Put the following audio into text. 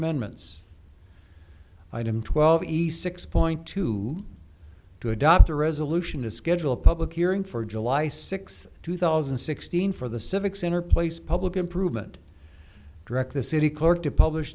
amendments item twelve east six point two to adopt a resolution to schedule a public hearing for july sixth two thousand and sixteen for the civic center place public improvement direct the city clerk to publish